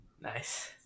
Nice